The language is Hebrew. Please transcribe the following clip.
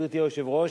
גברתי היושבת-ראש,